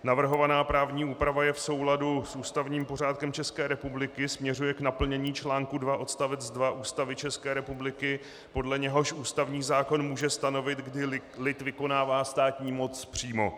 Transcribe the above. Navrhovaná právní úprava je v souladu s ústavním pořádkem České republiky, směřuje k naplnění článku 2 odst. 2 Ústavy české republiky, podle něhož ústavní zákon může stanovit, kdy lid vykonává státní moc přímo.